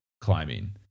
climbing